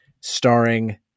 starring